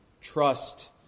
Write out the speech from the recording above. trust